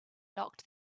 locked